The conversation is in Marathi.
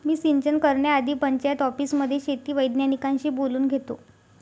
मी सिंचन करण्याआधी पंचायत ऑफिसमध्ये शेती वैज्ञानिकांशी बोलून घेतो